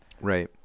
Right